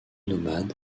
nomade